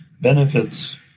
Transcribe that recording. benefits